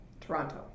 Toronto